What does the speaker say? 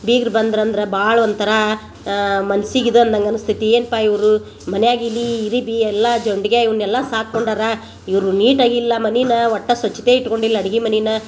ಬೀಗ್ರು ಬಂದ್ರು ಅಂದ್ರೆ ಭಾಳ ಒಂಥರ ಮನ್ಸಿಗೆ ಇದು ಅನ್ನಂಗೆ ಅನಿಸ್ತೈತಿ ಏನ್ಪಾ ಇವರು ಮನ್ಯಾಗ ಇಲಿ ಇರಿಬಿ ಎಲ್ಲಾ ಜೊಂಡ್ಗೆ ಇವ್ನೆಲ್ಲ ಸಾಕೊಂಡಾರ ಇವರು ನೀಟಗಿಲ್ಲ ಮನೆನ ಒಟ್ಟ ಸ್ವಚ್ಛತೆ ಇಟ್ಕೊಂಡಿಲ್ಲ ಅಡ್ಗಿ ಮನೆನ